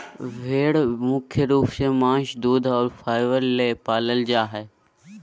भेड़ मुख्य रूप से मांस दूध और फाइबर ले पालल जा हइ